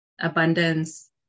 Abundance